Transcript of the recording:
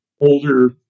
older